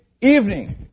evening